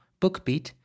BookBeat